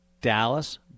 Dallas